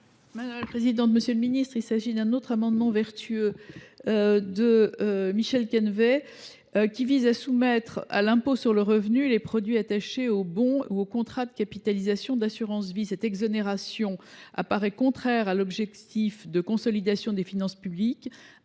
Mme Nathalie Goulet. Il s’agit d’un autre amendement vertueux de Michel Canévet. Il convient de soumettre à l’impôt sur le revenu les produits attachés aux bons ou contrats de capitalisation et d’assurance vie. Cette exonération apparaît contraire à l’objectif de consolidation des finances publiques.